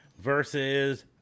versus